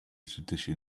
tradition